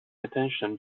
attention